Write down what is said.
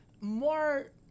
more